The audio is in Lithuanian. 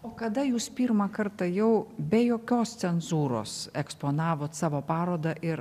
o kada jūs pirmą kartą jau be jokios cenzūros eksponavot savo parodą ir